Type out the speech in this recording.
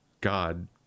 God